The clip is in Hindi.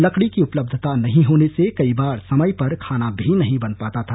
लकड़ी की उपलब्धता नही होने से कई बार समय पर खाना भी नही बन पाता था